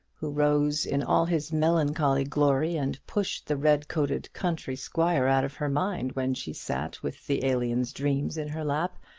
who rose in all his melancholy glory, and pushed the red-coated country squire out of her mind when she sat with the alien's dreams in her lap,